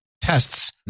tests